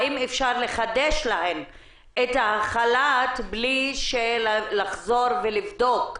האם אפשר לחדש להן את החל"ת בלי לחזור ולבדוק,